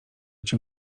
cię